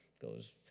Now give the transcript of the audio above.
goes